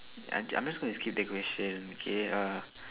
I'm I'm just going to skip that question okay uh